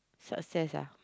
success ah